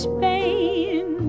Spain